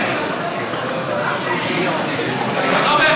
בבקשה, אדוני.